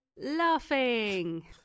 laughing